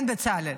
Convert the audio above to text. כן, בצלאל.